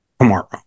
tomorrow